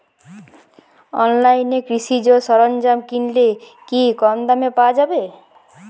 অনলাইনে কৃষিজ সরজ্ঞাম কিনলে কি কমদামে পাওয়া যাবে?